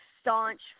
staunch